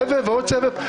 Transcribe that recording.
סבב ועוד סבב.